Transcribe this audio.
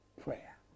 prayer